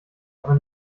aber